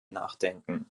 nachdenken